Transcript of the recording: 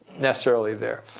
necessarily, there.